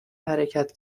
حرکت